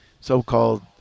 so-called